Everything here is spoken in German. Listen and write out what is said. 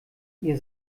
ihr